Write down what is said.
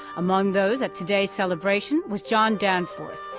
among those at today's celebration was john danforth,